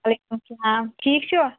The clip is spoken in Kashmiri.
وعلیکُم سلام ٹھیٖک چھُوا